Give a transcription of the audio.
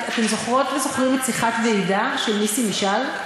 אתם זוכרות וזוכרים את "שיחת ועידה" של נסים משעל?